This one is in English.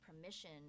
permission